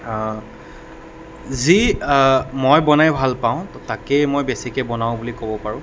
যি মই বনাই ভাল পাওঁ তাকেই মই বেছিকৈ বনাওঁ বুলি ক'ব পাৰোঁ